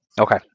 Okay